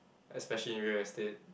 especially in real estate